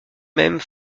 mêmes